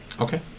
Okay